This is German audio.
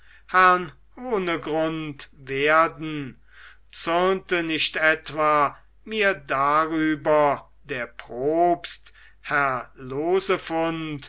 herrn ohnegrund werden zürnte nicht etwa mir darüber der propst herr